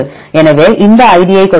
எனவே இந்த ஐடியைக் கொடுத்தால்